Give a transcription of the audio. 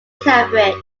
cambridge